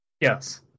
Yes